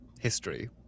history